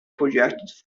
projected